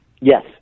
Yes